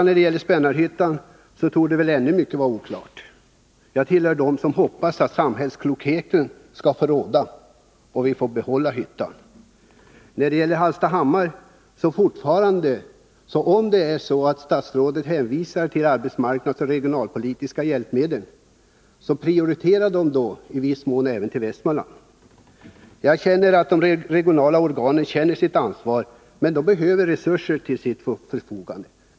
När det gäller Spännarhyttan torde mycket ännu vara oklart. Jag tillhör dem som hoppas att samhällsklokheten skall få råda så att vi får behålla hyttan. Om statsrådet fortfarande hänvisar till arbetsmarknadsoch regionalpolitiska hjälpmedel när det gäller Hallstahammar, så prioritera då dessa i viss mån till Västmanland! De regionala organen känner sitt ansvar, men de behöver få resurser till sitt förfogande.